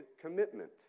commitment